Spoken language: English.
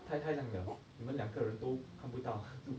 太太亮了你们两个人都看不到就